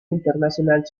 internacional